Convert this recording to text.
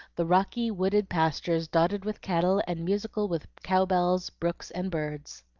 the rocky, wooded pastures dotted with cattle and musical with cow-bells, brooks, and birds.